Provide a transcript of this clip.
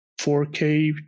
4K